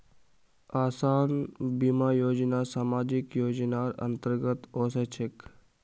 आसान बीमा योजना सामाजिक योजनार अंतर्गत ओसे छेक